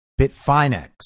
Bitfinex